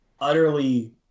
utterly